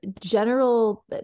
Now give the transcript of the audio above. general